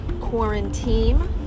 quarantine